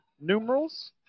numerals